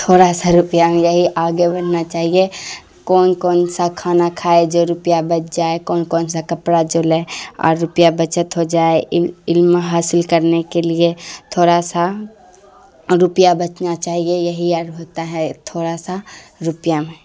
تھوڑا سا روپیہ میں یہی آگے بڑھنا چاہیے کون کون سا کھانا کھائے جو روپیہ بچ جائے کون کون سا کپڑا جو لے اور روپیہ بچت ہو جائے علم حاصل کرنے کے لیے تھوڑا سا روپیہ بچنا چاہیے یہی آر ہوتا ہے تھوڑا سا روپیہ میں